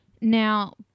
now